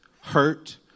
hurt